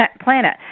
planet